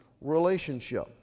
relationship